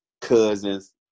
cousins